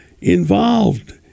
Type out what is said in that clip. involved